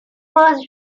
was